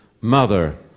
mother